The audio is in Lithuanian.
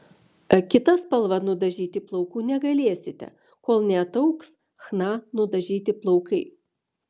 kita spalva nudažyti plaukų negalėsite kol neataugs chna nudažyti plaukai